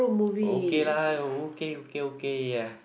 okay lah okay okay okay ah